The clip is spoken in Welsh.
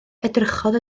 edrychodd